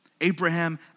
Abraham